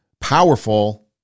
powerful